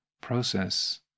process